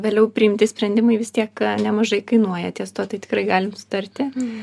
vėliau priimti sprendimai vis tiek nemažai kainuoja ties tuo tai tikrai galim sutarti